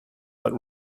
but